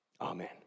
Amen